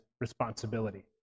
responsibility